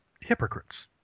hypocrites